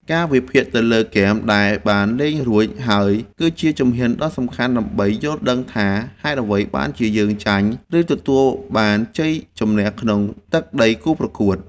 ការវិភាគទៅលើហ្គេមដែលបានលេងរួចហើយគឺជាជំហានដ៏សំខាន់ដើម្បីយល់ដឹងថាហេតុអ្វីបានជាយើងចាញ់ឬទទួលបានជ័យជម្នះក្នុងទឹកដីគូប្រកួត។